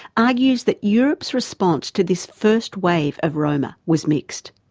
argues that europe's response to this first wave of roma was mixed,